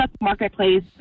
Marketplace